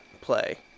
play